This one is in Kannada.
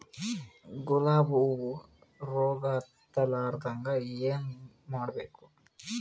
ಗುಲಾಬ್ ಹೂವು ರೋಗ ಹತ್ತಲಾರದಂಗ ಏನು ಮಾಡಬೇಕು?